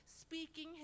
speaking